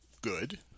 good